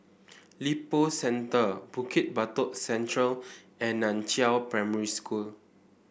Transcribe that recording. Lippo Centre Bukit Batok Central and Nan Chiau Primary School